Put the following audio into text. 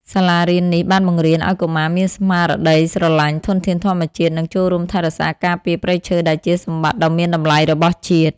សាលារៀននេះបានបង្រៀនឱ្យកុមារមានស្មារតីស្រឡាញ់ធនធានធម្មជាតិ និងចូលរួមថែរក្សាការពារព្រៃឈើ ដែលជាសម្បត្តិដ៏មានតម្លៃរបស់ជាតិ។